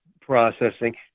processing